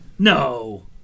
No